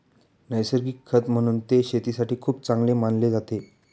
नैसर्गिक खत म्हणून ते शेतीसाठी खूप चांगले मानले जाते